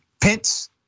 Pence